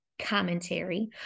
commentary